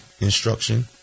instruction